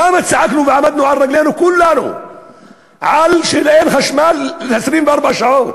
למה צעקנו ועמדנו על רגלינו כולנו על כך שאין חשמל 24 שעות?